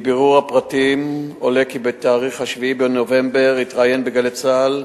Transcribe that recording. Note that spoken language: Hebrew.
מבירור הפרטים עולה כי ב-7 בנובמבר התראיין ב"גלי צה"ל"